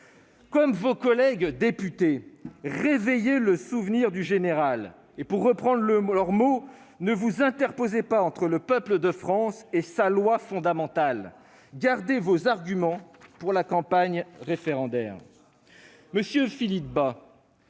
Comme vos collègues députés, réveillez le souvenir du général et, pour reprendre leurs termes, ne vous interposez pas entre le peuple de France et sa Loi fondamentale ! Gardez vos arguments pour la campagne référendaire